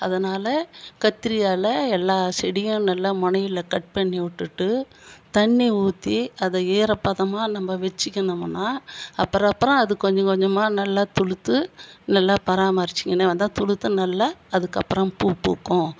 அதனால் கத்திரியால் எல்லா செடியும் நல்லா மொனையில் கட் பண்ணி விட்டுட்டு தண்ணி ஊற்றி அதை ஈரப்பதமாக நம்ம வச்சிக்கினோம்னா அப்புறம் அப்புறம் அது கொஞ்ச கொஞ்சமாக நல்லா துளுத்து நல்லா பராமரிச்சிக்கின்னே வந்தால் துளுத்து நல்லா அதுக்கப்புறம் பூ பூக்கும்